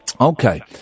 okay